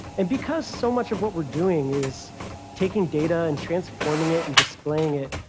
and because so much of what we're doing is taking data and transforming it and displaying it,